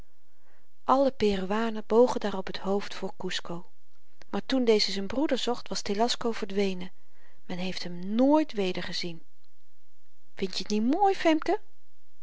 alle peruanen bogen daarop het hoofd voor kusco maar toen deze z'n broeder zocht was telasco verdwenen men heeft hem nooit wedergezien vindje t niet mooi femke